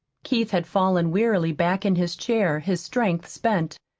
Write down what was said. keith had fallen wearily back in his chair, his strength spent.